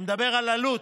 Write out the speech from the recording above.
אני מדבר על עלות,